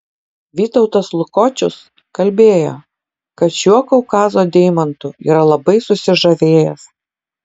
vytautas lukočius kalbėjo kad šiuo kaukazo deimantu yra labai susižavėjęs